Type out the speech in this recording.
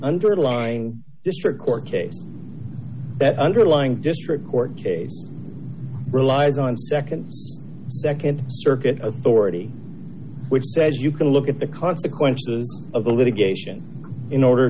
underlying district court case that underlying district court case relies on nd nd circuit authority d which says you can look at the consequences of the litigation in order